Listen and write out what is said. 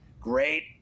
Great